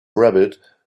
rabbit